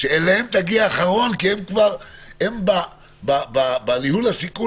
שאליהם תגיע אחרון כי בניהול הסיכון